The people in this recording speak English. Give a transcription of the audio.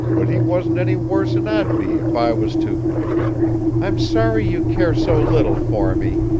but he wasn't any worse'n i'd be if i was to i'm sorry you care so little for me,